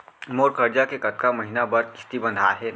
मोर करजा के कतका महीना बर किस्ती बंधाये हे?